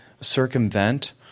circumvent